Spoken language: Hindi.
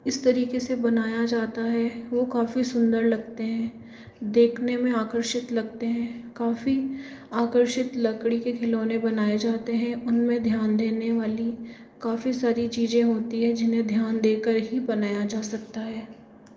इस तरीके से बनाया जाता है वह काफी सुंदर लगते हैं देखने में आकर्षित लगते हैं काफी आकर्षित लकड़ी के खिलौने बनाए जाते हैं उनमें ध्यान देने वाली काफी सारी चीज़ें होती हैं जिन्हें ध्यान देकर ही बनाया जा सकता है